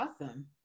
awesome